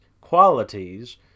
qualities